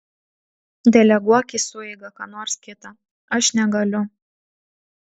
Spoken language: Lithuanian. deleguok į sueigą ką nors kitą aš negaliu